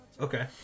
Okay